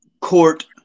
court